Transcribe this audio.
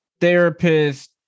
therapist